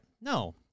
No